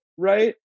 Right